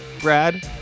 Brad